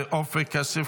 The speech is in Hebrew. עופר כסיף,